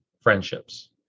friendships